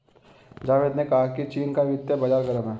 जावेद ने कहा कि चीन का वित्तीय बाजार गर्म है